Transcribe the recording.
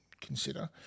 consider